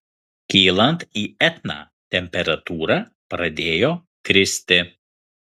kylant į etną temperatūra pradėjo kristi